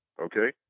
Okay